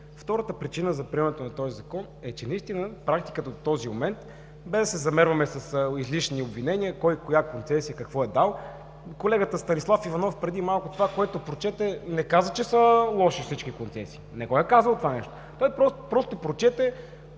Втората причина за приемането на този Закон е, че наистина практиката до този момент – без да се замерваме с излишни обвинения кой, коя концесия, какво е дал… Колегата Станислав Иванов преди малко – това, което прочете, не каза, че са лоши всички концесии, не го е казал това нещо. Той просто прочете